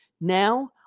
now